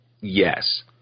yes